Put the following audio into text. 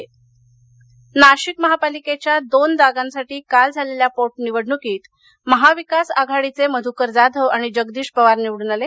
निवडणक नाशिक रत्नागिरी नाशिक महापालिकेच्या दोन जागांसाठी काल झालेल्या पोटनिवडणकीत महाविकास आघाडीचे मधूकर जाधव आणि जगदीश पवार निवडून आले